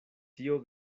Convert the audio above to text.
tio